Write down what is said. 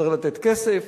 צריך לתת כסף,